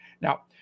Now